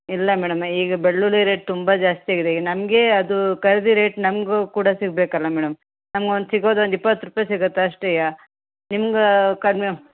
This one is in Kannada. ಇಲ್ಲ ಮೇಡಮ್ ಈಗ ಬೆಳ್ಳುಳ್ಳಿ ರೇಟ್ ತುಂಬ ಜಾಸ್ತಿ ಆಗಿದೆ ಈಗ ನಮಗೆ ಅದು ಖರೀದಿ ರೇಟ್ ನಮಗೂ ಕೂಡ ಸಿಗಬೇಕಲ್ಲ ಮೇಡಮ್ ನಮ್ಗೆ ಒನ್ ಸಿಗೋದು ಒಂದು ಇಪ್ಪತ್ತು ರೂಪಾಯಿ ಸಿಗತ್ತೆ ಅಷ್ಟೇ ನಿಮ್ಗೆ ಕಡಿಮೆ